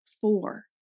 Four